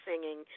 singing